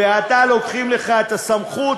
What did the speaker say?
ועתה לוקחים לך את הסמכות